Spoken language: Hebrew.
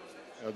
היושב-ראש,